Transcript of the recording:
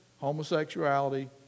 homosexuality